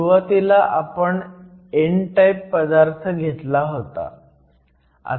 सुरुवातीला आपण n type पदार्थ घेतला होता